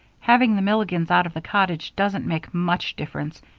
having the milligans out of the cottage doesn't make much difference,